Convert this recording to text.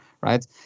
right